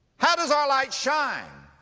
how does our light shine?